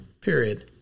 Period